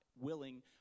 willing